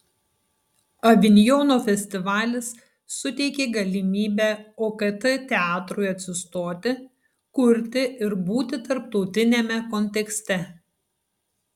avinjono festivalis suteikė galimybę okt teatrui atsistoti kurti ir būti tarptautiniame kontekste